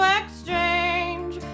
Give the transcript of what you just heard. exchange